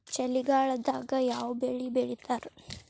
ಚಳಿಗಾಲದಾಗ್ ಯಾವ್ ಬೆಳಿ ಬೆಳಿತಾರ?